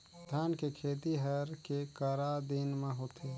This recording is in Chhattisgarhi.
धान के खेती हर के करा दिन म होथे?